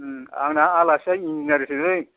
आंना आलासिया इन्जिनियारसोलै